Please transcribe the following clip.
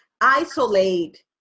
isolate